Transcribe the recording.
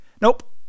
Nope